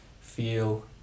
feel